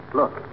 look